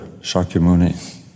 Shakyamuni